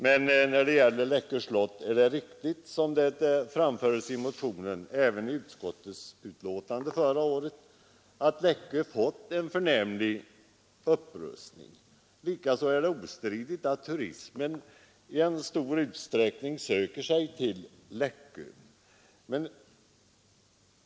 Det är riktigt som anföres i motionen och som även anfördes i förra årets betänkande att Läckö slott har fått en förnämlig upprustning. Likaså är det ostridigt att turister i stor utsträckning söker sig till Läckö.